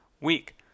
week